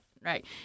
Right